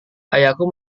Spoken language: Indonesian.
ayahku